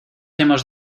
hemos